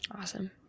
Awesome